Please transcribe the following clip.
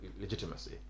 legitimacy